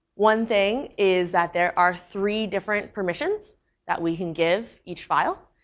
one thing is that there are three different permissions that we can give each file.